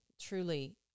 truly